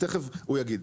תיכף הוא יגיד.